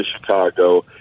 Chicago